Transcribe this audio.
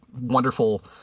wonderful